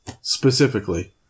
specifically